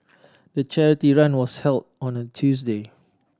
the charity run was held on a Tuesday